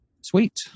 sweet